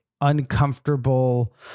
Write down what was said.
uncomfortable